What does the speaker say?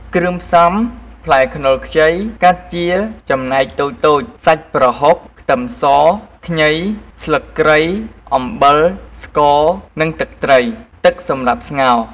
គ្រឿងផ្សំ ផ្លែខ្នុរខ្ចី កាត់ជាចំណែកតូចៗ សាច់ប្រហុក ខ្ទឹមស ខ្ញី ស្លឹកគ្រៃ អំបិល ស្ករ និងទឹកត្រី ទឹកសម្រាប់ស្ងោរ។